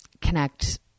connect